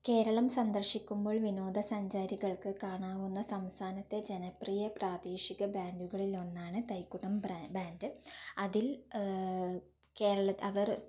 കേരളം സന്ദർശിക്കുമ്പോൾ വിനോദ സഞ്ചാരികൾക്ക് കാണാവുന്ന സംസ്ഥാനത്തെ ജനപ്രിയ പ്രാദേശിക ബാൻഡുകളിൽ ഒന്നാണ് തൈക്കൂടം ബ്രാ ബാൻഡ് അതിൽ കേരളത്ത് അവർ